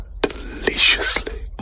deliciously